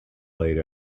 laid